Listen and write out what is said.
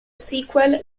sequel